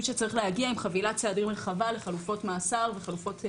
שצריך להגיע עם חבילת צעדים רחבה לחלופות מאסר וחלופות מעצר.